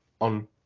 on